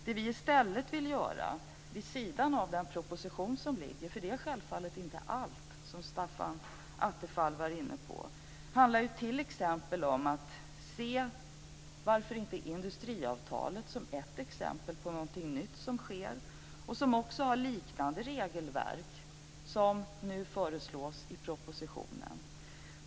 Det som vi i stället vill göra, vid sidan av den proposition som framlagts - för den innehåller självfallet inte allt, som Stefan Attefall var inne på - är bl.a. att se industriavtalet som exempel på någonting nytt som sker. Där finns ett regelverk liknande det som nu föreslås i propositionen.